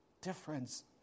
Difference